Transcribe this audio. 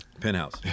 Penthouse